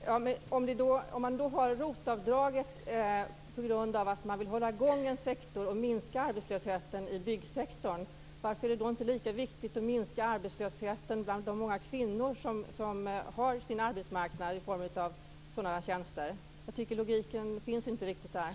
Fru talman! Om man har ROT-avdraget på grund av att man vill hålla i gång och minska arbetslösheten i byggsektorn, varför är det då inte lika viktigt att minska arbetslösheten bland de många kvinnor som arbetar med dessa tjänster? Jag tycker inte att det finns någon logik i detta.